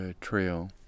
trail